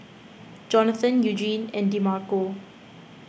Jonathan Eugenie and Demarco